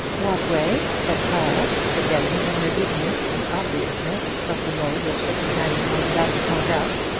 what way? said clara, forgetting in her eagerness the obviousness of the mode which her companion was about to point out.